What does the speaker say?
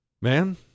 Man